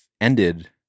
ended